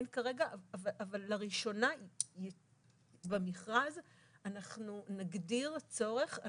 אין כרגע, אבל לראשונה במכרז אנחנו נגדיר צורך.